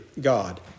God